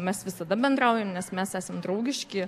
mes visada bendraujam nes mes esam draugiški